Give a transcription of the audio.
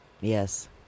yes